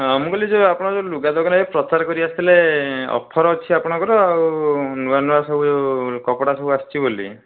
ମୁଁ କହିଲି ଆପଣ ଲୁଗାଦୋକାନ ପ୍ରଚାର କରିବାକୁ ଆସିଥିଲେ ଅଫର୍ ଅଛି ଆପଣଙ୍କର ଆଉ ନୂଆ ନୂଆ ସବୁ ଯେଉଁ କପଡ଼ା ସବୁ ଆସିଛି ବୋଲି